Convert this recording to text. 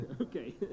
Okay